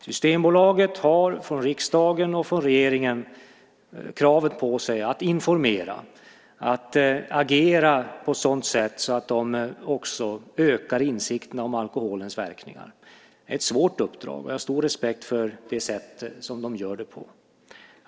Systembolaget har från riksdagen och från regeringen kravet på sig att informera och att agera på ett sådant sätt att man också ökar insikten om alkoholens verkningar. Det är ett svårt uppdrag. Jag har stor respekt för det sätt på vilket de gör det.